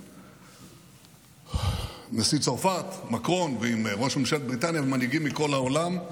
עם נשיא צרפת מקרון ועם ראש ממשלת בריטניה ומנהיגים מכל העולם.